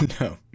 No